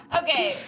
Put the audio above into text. okay